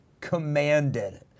commanded